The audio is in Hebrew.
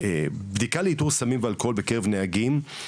בדיקה לאיתור סמים ואלכוהול בקרב נהגים,